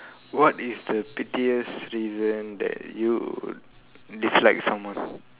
what is the pettiest reason that you dislike someone